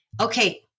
Okay